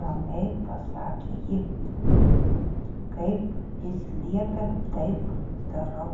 ramiai pasakė ji kaip jis liepia taip darau